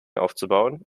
aufzubauen